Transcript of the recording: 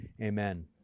amen